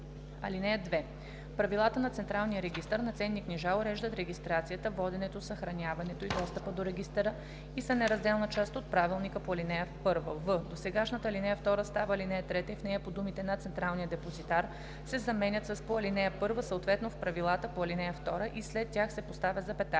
ал. 2: „(2) Правилата на централния регистър на ценни книжа уреждат регистрацията, воденето, съхраняването и достъпа до регистъра, и са неразделна част от правилника по ал. 1.“; в) досегашната ал. 2 става ал. 3 и в нея думите „на Централния депозитар“ се заменят с „по ал. 1, съответно в правилата по ал. 2“ и след тях се поставя запетая.